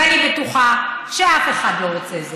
ואני בטוחה שאף אחד לא רוצה זאת.